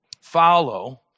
follow